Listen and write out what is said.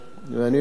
ואני אומר לכם,